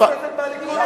חברי כנסת מהליכוד,